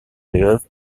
live